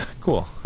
cool